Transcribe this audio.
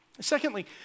Secondly